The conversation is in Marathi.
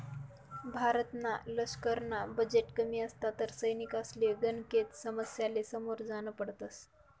भारतना लशकरना बजेट कमी असता तर सैनिकसले गनेकच समस्यासले समोर जान पडत